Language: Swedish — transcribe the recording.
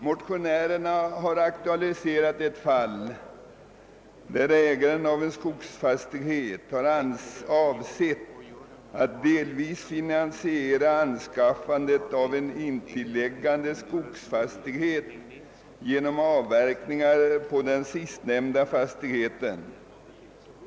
Motionärerna har aktualiserat ett fall, där ägaren av en skogsfastighet hade avsett att delvis finansiera anskaffandet av en intilliggande skogsfastighet genom avverkningar på den sistnämnda fastigheten.